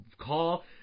call